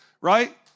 right